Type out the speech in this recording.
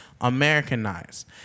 Americanized